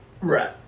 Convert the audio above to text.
Right